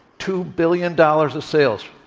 two billion dollars of sales.